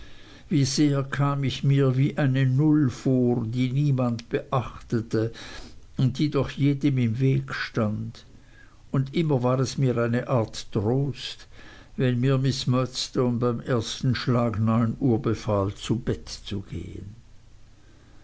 wie sehr kam ich mir wie eine null vor die niemand beachtete und die doch jedem im weg stand und immer war es mir eine art trost wenn mir miß murdstone beim ersten schlag neunuhr befahl zu bett zu gehen